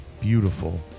beautiful